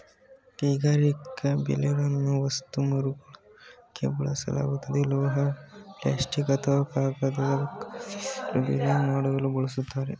ಕೈಗಾರಿಕಾ ಬೇಲರನ್ನು ವಸ್ತು ಮರುಬಳಕೆಲಿ ಬಳಸಲಾಗ್ತದೆ ಲೋಹ ಪ್ಲಾಸ್ಟಿಕ್ ಅಥವಾ ಕಾಗದ ಸಾಗಿಸಲು ಬೇಲಿಂಗ್ ಮಾಡಲು ಬಳಸ್ತಾರೆ